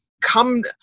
come